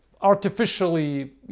artificially